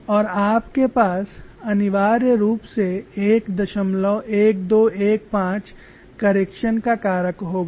और आपके पास अनिवार्य रूप से 11215 करेक्शन का कारक होगा